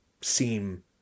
seem